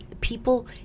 people